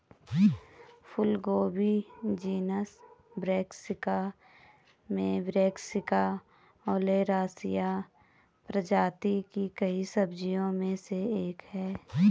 फूलगोभी genus Brassica में Brassica oleracea प्रजाति की कई सब्जियों में से एक है